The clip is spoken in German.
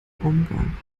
umgang